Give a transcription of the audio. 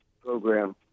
program